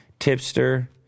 Tipster